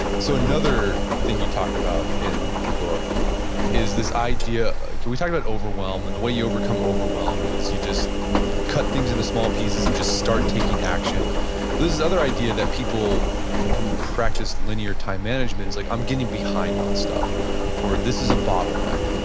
so another thing you talk about in the book is this idea, because we talk about overwhelm, and the way you overcome overwhelm is you just cut things into small pieces and just start taking action, but there's this other idea that people who practice linear time management is like i'm getting behind on stuff or this is a bottleneck.